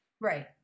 Right